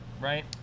right